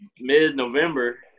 mid-november